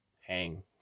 hang